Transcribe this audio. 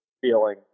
feeling